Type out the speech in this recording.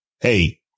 Hey